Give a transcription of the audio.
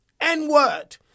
N-word